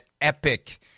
epic